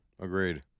Agreed